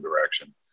direction